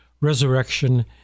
resurrection